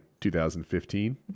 2015